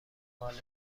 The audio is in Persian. ماله